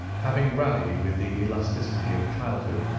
having rallied, with the elasticity of childhood,